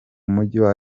mujyi